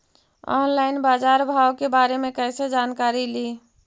Online बाजार भाव के बारे मे कैसे जानकारी ली?